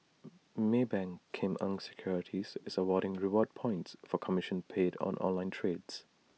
maybank Kim Eng securities is awarding reward points for commission paid on online trades